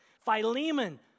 Philemon